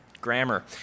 Grammar